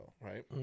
right